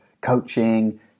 coaching